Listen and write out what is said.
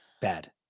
bad